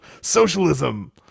Socialism